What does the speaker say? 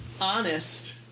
honest